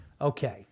Okay